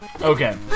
Okay